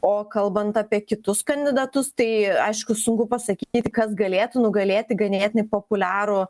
o kalbant apie kitus kandidatus tai aišku sunku pasakyti kas galėtų nugalėti ganėtinai populiarų